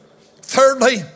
Thirdly